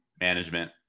management